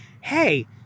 hey